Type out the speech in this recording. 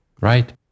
Right